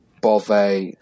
Bove